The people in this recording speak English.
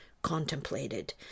contemplated